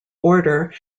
order